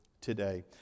today